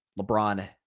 LeBron